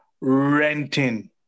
renting